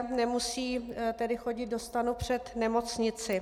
Nemusí tedy chodit do stanu před nemocnici.